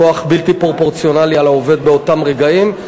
כוח בלתי פרופורציונלי על העובד באותם רגעים,